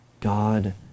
God